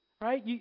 Right